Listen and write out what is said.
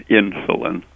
insulin